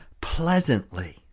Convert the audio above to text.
pleasantly